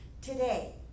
today